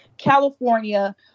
California